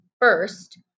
first